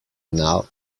now